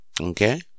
Okay